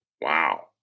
Wow